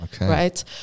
right